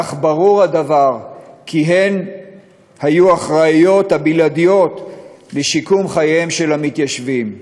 ואך ברור הדבר שהן היו האחראיות הבלעדיות לשיקום חייהם של המתיישבים.